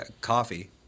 coffee